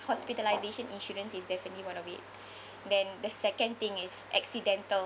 hospitalisation insurance is definitely one of it then the second thing is accidental